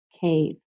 cave